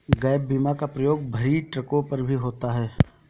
gap बीमा का प्रयोग भरी ट्रकों पर भी होता है